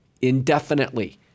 indefinitely